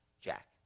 Jack